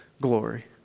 glory